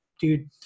dude